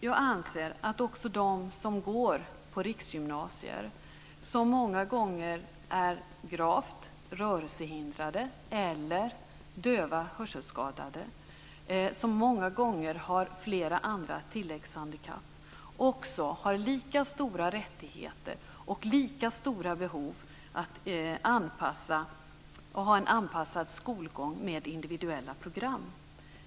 Jag anser att också de som går på riksgymnasier, som många gånger är gravt rörelsehindrade, döva eller hörselskadade, många av dem med flera andra tilläggshandikapp, har lika stora rättigheter till och lika stora behov av en anpassad skolgång med individuella program.